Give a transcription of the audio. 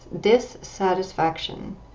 dissatisfaction